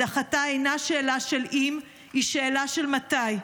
הדחתה אינה שאלה של אם, היא שאלה של מתי.